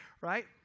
right